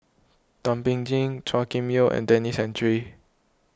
Thum Ping Tjin Chua Kim Yeow and Denis Santry